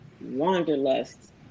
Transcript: wanderlust